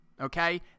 okay